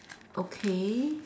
okay